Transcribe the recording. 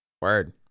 Word